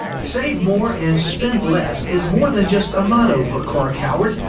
save more and spend less is more than just a motto for clark howard,